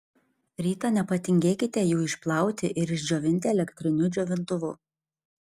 rytą nepatingėkite jų išplauti ir išdžiovinti elektriniu džiovintuvu